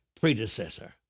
predecessor